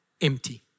empty